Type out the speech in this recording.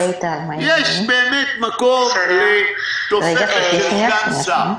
יש מקום לתוספת של סגן שר,